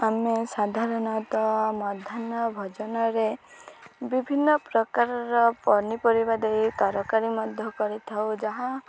ଆମେ ସାଧାରଣତଃ ମଧ୍ୟାହ୍ନ ଭୋଜନରେ ବିଭିନ୍ନ ପ୍ରକାରର ପନିପରିବା ଦେଇ ତରକାରୀ ମଧ୍ୟ କରିଥାଉ ଯାହା